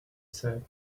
said